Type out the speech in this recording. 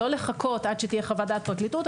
לא לחכות עד שתהיה חוות דעת של הפרקליטות,